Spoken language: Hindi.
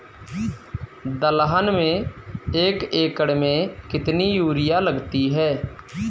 दलहन में एक एकण में कितनी यूरिया लगती है?